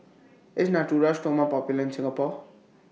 IS Natura Stoma Popular in Singapore